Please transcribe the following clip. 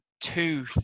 two